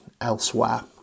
elsewhere